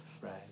right